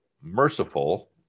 merciful